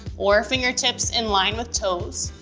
or fingertips in line with toes.